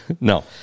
No